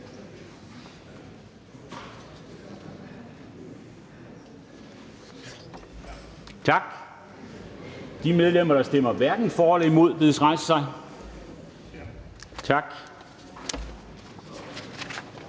Tak. De medlemmer, der hverken stemmer for eller imod, bedes rejse sig. Tak.